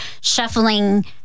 shuffling